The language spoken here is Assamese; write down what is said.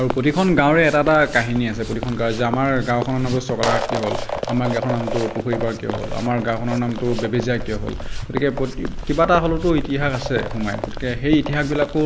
আৰু প্ৰতিখন গাঁৱৰে এটা এটা কাহিনী আছে প্ৰতিখন গাঁৱৰে যে আমাৰ গাঁওখনৰ নাম চকলাঘাট কিয় হ'ল আমাৰ গাঁওখনৰ নামটো পুখুৰী পাৰ কিয় হ'ল আমাৰ গাঁওখনৰ নামটো বেবেজীয়া কিয় হ'ল গতিকে কিবা এটা হ'লেওতো ইতিহাস আছে সোমাই গতিকে সেই ইতিহাসবিলাকো